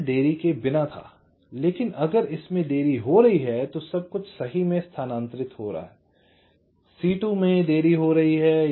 यह देरी के बिना था लेकिन अगर इसमें देरी हो रही है तो सब कुछ सही में स्थानांतरित हो रहा है C2 में देरी हो रही है